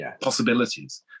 possibilities